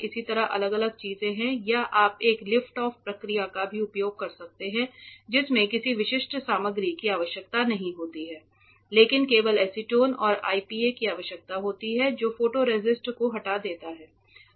इसी तरह अलग अलग चीजों के लिए हैं या आप एक लिफ्ट ऑफ प्रक्रिया का भी उपयोग कर सकते हैं जिसमें किसी विशिष्ट सामग्री की आवश्यकता नहीं होती है लेकिन केवल एसीटोन और IPA की आवश्यकता होती है जो फोटोरेसिस्ट को हटा देता है